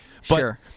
Sure